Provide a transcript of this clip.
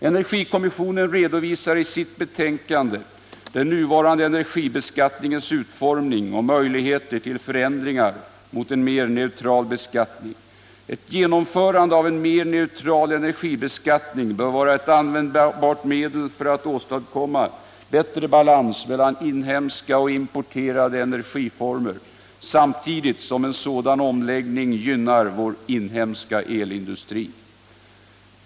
Energikommissionen redovisar i sitt betänkande den nuvarande energibeskattningens utformning och möjligheter till förändringar mot en mer neutral beskattning. Ett genomförande av en mer neutral energibeskattning bör vara ett användbart medel för att åstadkomma bättre balans mellan inhemska och importerade energiformer samtidigt som en sådan omläggning gynnar vår inhemska elindustri.